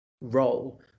role